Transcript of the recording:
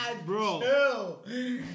Bro